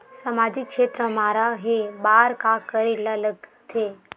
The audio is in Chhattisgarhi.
सामाजिक क्षेत्र मा रा हे बार का करे ला लग थे